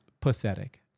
pathetic